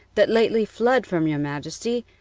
that lately fled from your majesty,